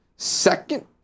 Second